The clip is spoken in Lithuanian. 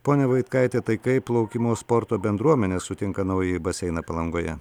pone vaitkaite tai kaip plaukimo sporto bendruomenė sutinka naująjį baseiną palangoje